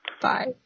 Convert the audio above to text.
Bye